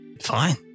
Fine